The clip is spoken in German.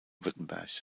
württemberg